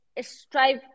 strive